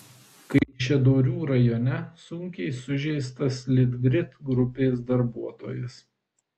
kaišiadorių rajone sunkiai sužeistas litgrid grupės darbuotojas